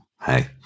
hey